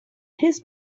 his